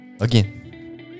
again